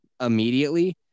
immediately